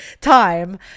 time